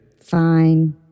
Fine